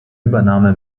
übernahme